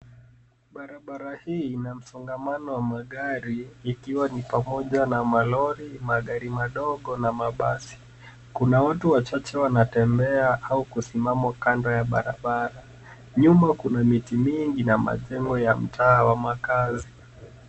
Barabara hii ina msongamano wa magari ikiwa ni pamoja na malori magari mdogo na mabasi kuna watu wachache wanatembea au kusimama kando ya Barabara nyuma kuna miti mingi na majengo ya mtaa wa makazi